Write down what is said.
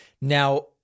Now